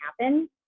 happen